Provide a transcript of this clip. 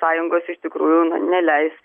sąjungos iš tikrųjų na neleis